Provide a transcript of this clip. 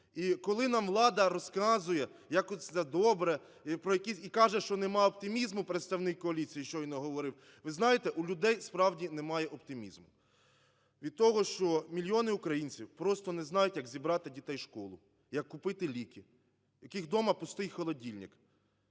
І коли нам влада розказує, як усе добре, і кажуть, що нема оптимізму, представник коаліції щойно говорив… Ви знаєте, у людей справді немає оптимізму від того, що мільйони українців просто не знають, як зібрати дітей у школу, як купити ліки, в яких вдома пустий холодильник.